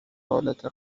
حالت